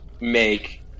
make